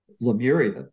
Lemuria